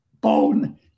bone